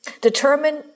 Determine